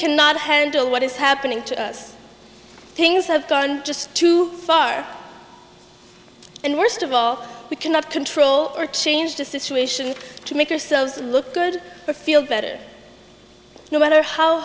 cannot handle what is happening to us things have gone just too far and worst of all we cannot control or change the situation to make ourselves look good but feel better no matter how